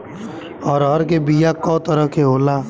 अरहर के बिया कौ तरह के होला?